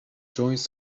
joins